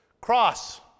cross